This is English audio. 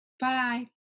bye